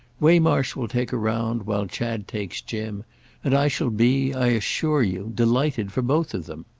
waymarsh will take her round while chad takes jim and i shall be, i assure you delighted for both of them.